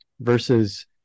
versus